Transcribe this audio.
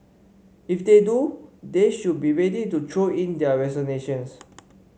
if they do they should be ready to throw in their resignations